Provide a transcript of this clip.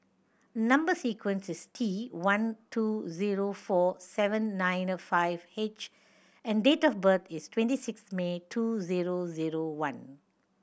number sequence is T one two zero four seven nine a five H and date of birth is twenty sixth May two zero zero one